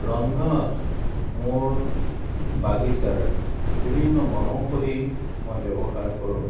ৰন্ধনত মোৰ বাগিচাৰ বিভিন্ন বনৌষধি মই ব্যৱহাৰ কৰোঁ